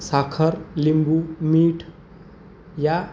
साखर लिंबू मीठ या